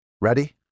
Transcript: Ready